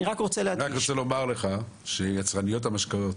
אני רק רוצה לומר לך שיצרניות המשקאות